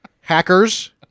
Hackers